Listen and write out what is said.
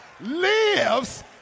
lives